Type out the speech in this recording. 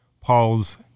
Paul's